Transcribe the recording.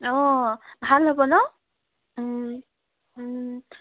অঁ ভাল হ'ব ন